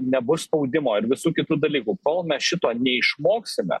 nebus spaudimo ir visų kitų dalykų kol mes šito neišmoksime